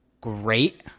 great